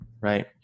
right